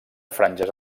franges